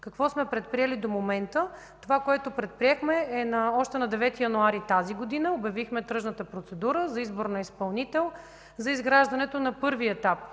Какво сме предприели до момента? Това, което предприехме – още на 9 януари тази година обявихме тръжната процедура за избор на изпълнител за изграждането на първия етап